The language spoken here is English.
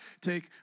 take